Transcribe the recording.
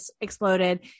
exploded